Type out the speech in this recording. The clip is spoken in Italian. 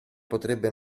potrebbe